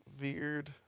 veered